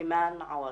אימאן עווד.